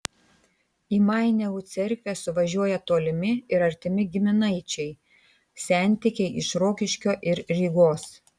į maineivų cerkvę suvažiuoja tolimi ir artimi giminaičiai sentikiai iš rokiškio ir rygos